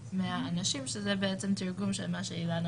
אני יודע כמה האנשים של משרד התיירות המנכ"ל,